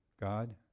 God